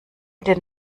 den